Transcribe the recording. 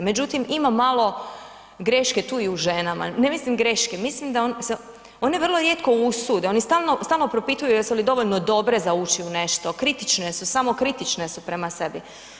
Međutim, ima malo greške tu i u ženama, ne mislim greške, mislim da se one vrlo rijetko usude, one stalno propituju jesu li dovoljno dobre za ući u nešto, kritične su, samokritične su prema sebi.